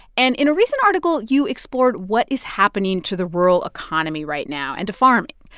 and in a recent article, you explored what is happening to the rural economy right now and to farming.